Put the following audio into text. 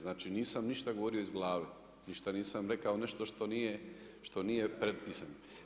Znači nisam ništa govorio iz glave, ništa nisam rekao nešto što nije prepisano.